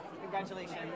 Congratulations